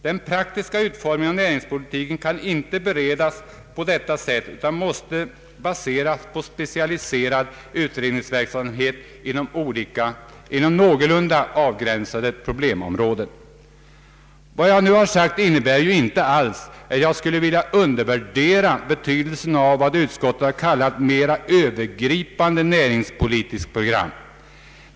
Den praktiska utformningen av näringspolitiken kan inte förberedas på detta sätt, utan den måste baseras på specialiserad utredningsverksamhet kring någorlunda avgränsade problemområden. Vad jag nu har sagt innebär inte alls att jag skulle vilja undervärdera betydelsen av vad utskottet har kallat ”mera övergripande näringspolitiska program”.